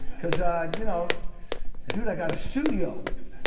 because ah you know dude, i've got a studio.